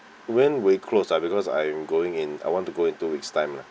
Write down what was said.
when will it close ah because I am going in I want to go in two week's time lah